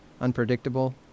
unpredictable